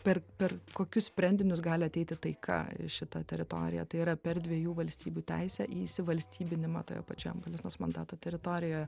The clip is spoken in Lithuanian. per per kokius sprendinius gali ateiti taika į šitą teritoriją tai yra per dviejų valstybių teisę įsivalstybinimą toje pačioje palestinos mandato teritorijoje